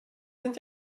sind